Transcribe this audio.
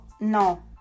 No